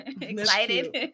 Excited